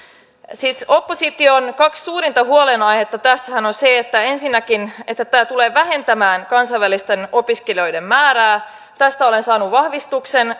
siis opposition kaksi suurinta huolenaihettahan tässä ovat ne että ensinnäkin tämä tulee vähentämään kansainvälisten opiskelijoiden määrää tästä olen saanut vahvistuksen